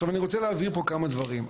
עכשיו אני רוצה להבהיר פה כמה דברים.